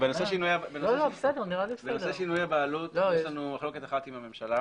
בנושא שינוי הבעלות, יש לנו מחלוקת אחת עם הממשלה